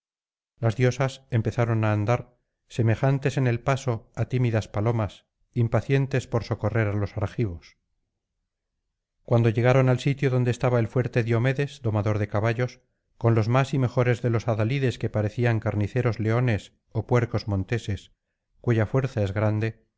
las diosas empezaron á andar semejantes en el paso á tímidas palomas impacientes por socorrer á los argivos cuando llegaron al sitio donde estaba el fuerte diomedes domador de caballos con los más y mejores de los adalides que parecían carniceros leones ó puercos monteses cuya fuerza es grande